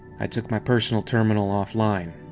i took my personal terminal offline.